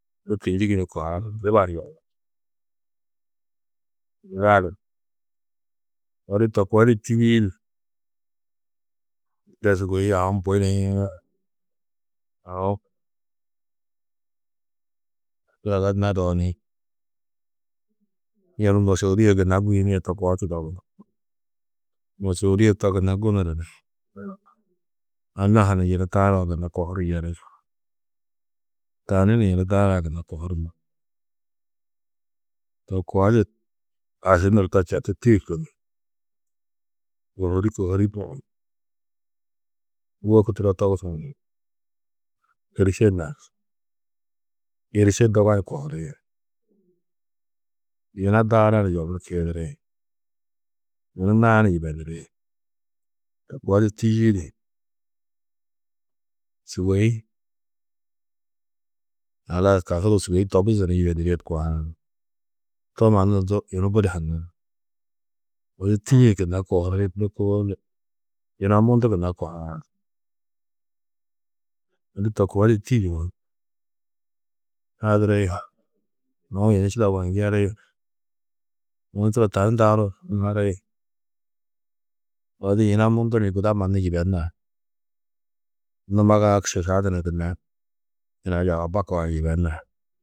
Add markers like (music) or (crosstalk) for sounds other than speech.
Du kînjigi ni kuhaar, adiba ni. (unintelligible) Odu to koo di tîyiidi de sûgoi aũ bui ni aũ zaga nadoo ni yunu môsoulie gunna guyinîe to koo tudogus. Môsoulie to gunna gunuru ni anna-ã ha ni yunu (unintelligible) gunna kuhuru yeri. Tani ni yunu daarã gunna kohuru mar. To koo di aši nur to četu tîyiku ni kohurî kohurî wôku turo togusu ni êrišenar. Êriše doga ni kohuri, yina daara ni yoburu kiidiri, yunu naani yibeniri. To koo di tîyiidi sûgoi halas kasugu sûgoi tobuzu ni yibenirîe kohaar. To mannu du yunu budi haŋaar. Odu tîyiĩ gunna kohuri (unintelligible) yina mundu gunna kohaar. Odu to koo du (unintelligible) hadiri, aũ yunu čidawo ni yeri. Yunu turo tani daaro ni maari. Odu yina mundu ni guda mannu yibenar. Numaga šiša du ni gunna yina yagaba kaa ni yibenar.